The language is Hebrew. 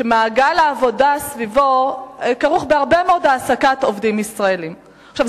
ומעגל העבודה סביבם כרוך בהעסקת עובדים ישראלים רבים מאוד.